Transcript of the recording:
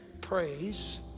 praise